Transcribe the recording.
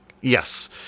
Yes